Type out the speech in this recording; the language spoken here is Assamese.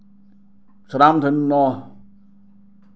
স্বনামধন্য